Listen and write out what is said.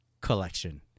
collection